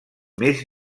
més